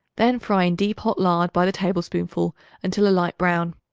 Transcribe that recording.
then fry in deep hot lard by the tablespoonful until a light brown.